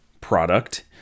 product